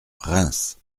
reims